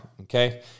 okay